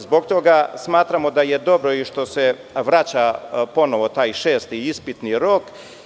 Zbog toga smatramo da je dobro što se vraća ponovo taj šesti ispitni rok.